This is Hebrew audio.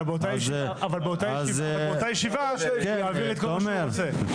אבל באותה ישיבה הוא יעביר את כל מה שהוא רוצה.